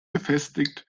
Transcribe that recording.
befestigt